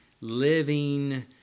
living